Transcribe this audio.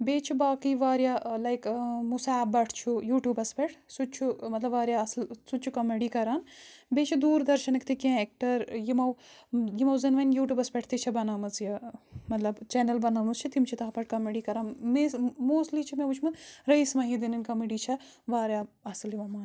بیٚیہِ چھِ باقٕے واریاہ لایک مُسیب بٹھ چھُ یوٗٹیوٗبَس پٮ۪ٹھ سُتہِ چھُ مطلب واریاہ اَصٕل سُتہِ چھُ کوٚمیڈی کَران بیٚیہِ چھِ دوٗر دَرشنٕکۍ تہِ کینٛہہ اٮ۪کٹَر یِمو یِمو زَن وَنۍ یوٗٹیوٗبَس پٮ۪ٹھ تہِ چھِ بَنٲمٕژ یہِ مطلب چَنَل بَنٲومٕژ چھِ تِم چھِ تَتھ پٮ۪ٹھ کمٮ۪ڈی کَران مےٚ ٲسۍ موسٕٹلی چھِ مےٚ وُچھمُت رٔیٖس محدیٖن نٔنۍ کوٚمڈی چھےٚ واریاہ اَصٕل یِوان ماننہٕ